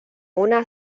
una